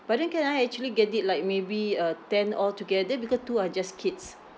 but then can I actually get it like maybe uh ten altogether because two are just kids